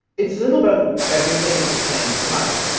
it's a little about everything at the same time.